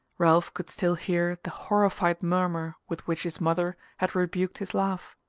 ralph could still hear the horrified murmur with which his mother had rebuked his laugh.